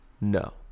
No